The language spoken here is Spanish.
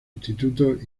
institutos